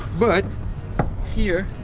but here.